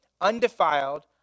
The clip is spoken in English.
undefiled